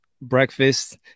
breakfast